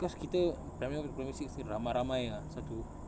cause kita primary one to primary six ni ramai ramai ah satu